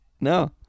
No